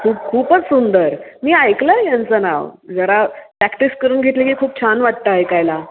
खूप खूपच सुंदर मी ऐकलं आहे यांचं नाव जरा प्रॅक्टिस करून घेतली की खूप छान वाटतं ऐकायला